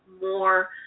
more